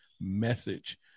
message